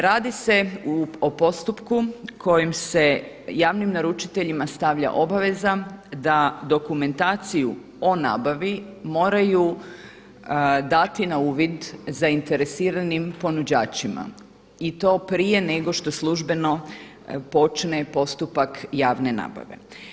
Radi se o postupku kojim se javnim naručiteljima stavlja obaveza da dokumentaciju o nabavi moraju dati na uvid zainteresiranim ponuđačima i to prije nego što službeno počne postupak javne nabave.